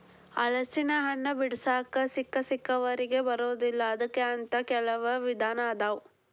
ಹಲಸಿನಹಣ್ಣ ಬಿಡಿಸಾಕ ಸಿಕ್ಕಸಿಕ್ಕವರಿಗೆ ಬರುದಿಲ್ಲಾ ಅದಕ್ಕ ಅಂತ ಕೆಲ್ವ ವಿಧಾನ ಅದಾವ